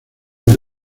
del